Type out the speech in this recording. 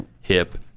hip